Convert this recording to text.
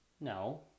No